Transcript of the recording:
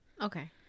Okay